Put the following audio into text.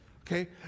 Okay